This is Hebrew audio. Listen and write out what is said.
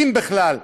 אם בכלל,